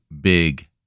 big